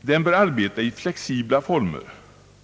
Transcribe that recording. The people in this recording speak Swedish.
Den bör arbeta i flexibla former.